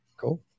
Cool